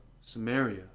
Samaria